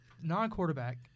Non-quarterback